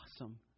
awesome